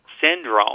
syndrome